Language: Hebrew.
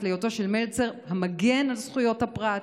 להיותו של מלצר מגן על זכויות הפרט,